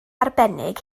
arbennig